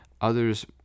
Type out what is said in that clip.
Others